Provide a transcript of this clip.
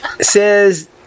says